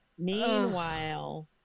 Meanwhile